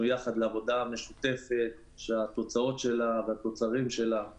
יחד לעבודה משותפת שהתוצאות שלה והתוצרים שלה הם